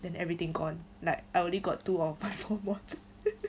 then everything gone like I only got two of my four mods